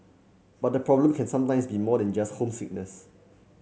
but the problem can sometimes be more than just homesickness